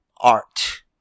art